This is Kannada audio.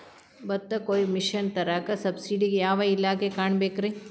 ಭತ್ತ ಕೊಯ್ಯ ಮಿಷನ್ ತರಾಕ ಸಬ್ಸಿಡಿಗೆ ಯಾವ ಇಲಾಖೆ ಕಾಣಬೇಕ್ರೇ?